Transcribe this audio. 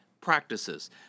practices